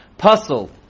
Puzzle